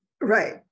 right